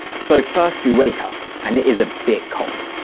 so, first we wake up and it is a bit cold.